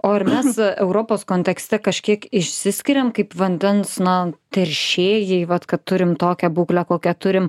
o ar mes europos kontekste kažkiek išsiskiriam kaip vandens na teršėjai vat kad turim tokią būklę kokią turim